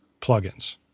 plugins